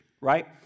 right